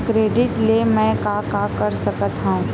Credit ले मैं का का कर सकत हंव?